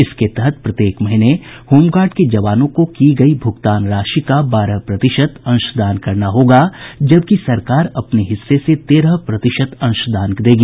इसके तहत प्रत्येक महीने होमगार्ड के जवानों को की गयी भूगतान राशि का बारह प्रतिशत अंशदान करना होगा जबकि सरकार अपने हिस्से से तेरह प्रतिशत अंशदान देगी